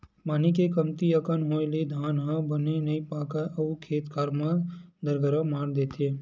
पानी के कमती अकन होए ले धान ह बने नइ पाकय अउ खेत खार म दनगरा मार देथे